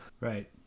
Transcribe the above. right